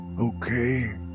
Okay